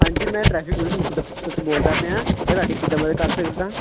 ਹਾਂਜੀ ਮੈਂ traffic police Muktsar ਤੋਂ ਬੋਲਦਾ ਪਿਆ ਮੈਂ ਥੋਡੀ ਕੀ ਮਦਦ ਕਰ ਸਕਦਾ